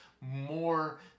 more